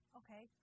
okay